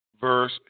verse